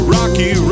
Rocky